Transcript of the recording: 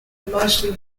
mostly